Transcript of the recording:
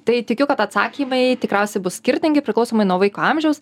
tai tikiu kad atsakymai tikriausiai bus skirtingi priklausomai nuo vaiko amžiaus